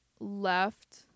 left